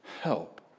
help